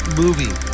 movie